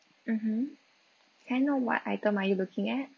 mmhmm can I know what item are you looking at